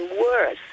worse